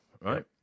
right